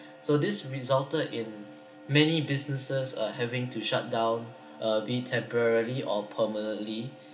so this resulted in many businesses uh having to shut down uh be it temporarily or permanently